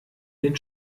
den